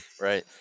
right